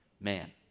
man